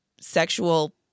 sexual